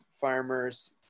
farmers